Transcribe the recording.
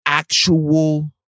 Actual